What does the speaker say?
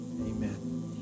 Amen